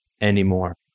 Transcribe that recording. anymore